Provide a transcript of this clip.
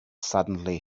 suddenly